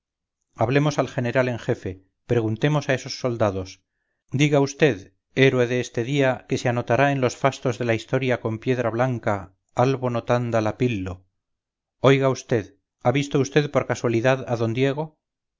hablemos al general en jefe preguntemos a esos soldados diga vd héroe de este día que se anotará en los fastos de la historia con piedra blanca albo notanda lapillo oiga vd ha visto vd por casualidad a d diego